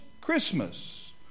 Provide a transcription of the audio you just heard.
Christmas